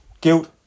guilt